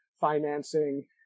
financing